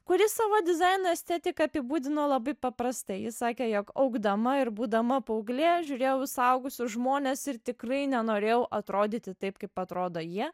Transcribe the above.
kuri savo dizaino estetiką apibūdino labai paprastai ji sakė jog augdama ir būdama paauglė žiūrėjau į suaugusius žmones ir tikrai nenorėjau atrodyti taip kaip atrodo jie